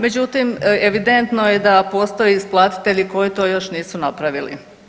Međutim, evidentno je da postoje isplatitelji koji to još nisu napravili.